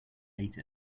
ate